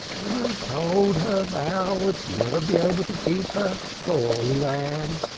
i told her thou wouldst never be able to keep her, poor lamb,